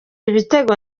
ibitego